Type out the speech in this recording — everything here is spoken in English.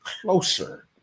closer